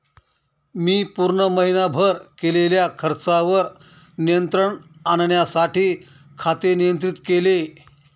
मी पूर्ण महीनाभर केलेल्या खर्चावर नियंत्रण आणण्यासाठी खाते नियंत्रित केले